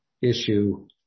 issue